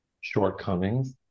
Shortcomings